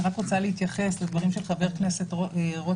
אני רק רוצה להתייחס במילה לדברים של חבר הכנסת רוטמן.